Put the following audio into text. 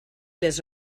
les